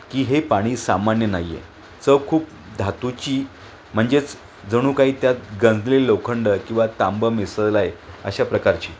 की हे पाणी सामान्य नाही आहे चव खूप धातूची म्हणजेच जणू काही त्यात गंजलेलं लोखंड किंवा तांबं मिसळलं आहे अशा प्रकारची